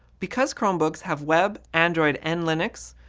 because chromebooks have web, android, and linux,